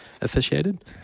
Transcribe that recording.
officiated